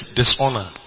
dishonor